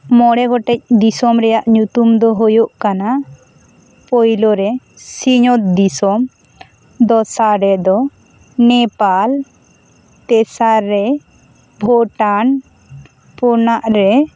ᱢᱚᱬᱮ ᱜᱚᱴᱮᱡ ᱫᱤᱥᱚᱢ ᱨᱮᱱᱟᱜ ᱧᱩᱛᱩᱢ ᱫᱚ ᱦᱩᱭᱩᱜ ᱠᱟᱱᱟ ᱯᱩᱭᱞᱩ ᱨᱮ ᱥᱤᱧᱚᱛ ᱫᱤᱥᱚᱢ ᱫᱚᱥᱟᱨ ᱨᱮᱫᱚ ᱱᱮᱯᱟᱞ ᱛᱮᱥᱟᱨ ᱨᱮ ᱵᱷᱩᱴᱟᱱ ᱯᱩᱱᱟᱜ ᱨᱮ